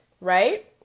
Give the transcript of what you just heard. right